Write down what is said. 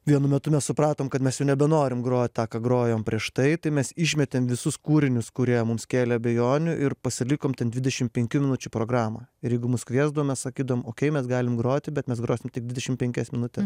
vienu metu mes supratom kad mes jau nebenorim grot tą ką grojom prieš tai tai mes išmetėm visus kūrinius kurie mums kėlė abejonių ir pasilikom ten dvidešim penkių minučių programą ir jeigu mus kviesdavo mes sakydavom okei mes galim groti bet mes grosim tik dvidešim penkias minutes